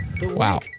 Wow